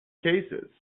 cases